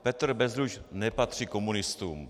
Petr Bezruč nepatří komunistům.